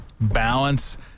balance